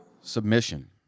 submission